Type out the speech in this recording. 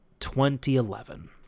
2011